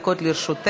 עד עשר דקות לרשותך